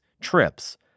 trips